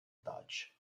touch